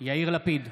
יאיר לפיד,